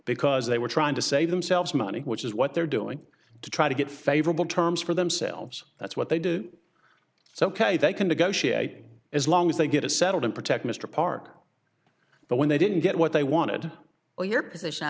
because they were trying to save themselves money which is what they're doing to try to get favorable terms for themselves that's what they do so ok they can negotiate as long as they get a settlement protect mr park but when they didn't get what they wanted for your position i